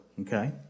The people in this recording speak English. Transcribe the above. Okay